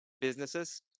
businesses